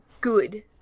good